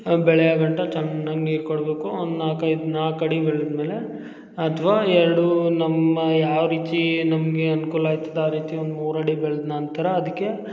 ಬೆಳೆಯಗಂಟ ಚೆನ್ನಾಗಿ ನೀರು ಕೊಡಬೇಕು ಒಂದು ನಾಲ್ಕು ಐದು ನಾಲ್ಕು ಏಡ್ ಬೆಳೆದ್ಮೇಲೆ ಅಥವಾ ಎರಡೂ ನಮ್ಮ ಯಾವ ರೀತಿ ನಮಗೆ ಅನುಕೂಲ ಆಗ್ತದ ಆ ರೀತಿ ಒಂದು ಮೂರು ಅಡಿ ಬೆಳ್ದ ನಂತರ ಅದಕ್ಕೆ